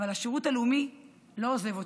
אבל השירות הלאומי לא עוזב אותי,